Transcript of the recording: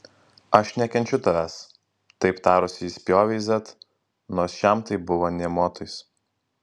aš nekenčiu tavęs taip tarusi ji spjovė į z nors šiam tai buvo nė motais